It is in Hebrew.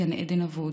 גן עדן אבוד".